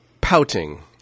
pouting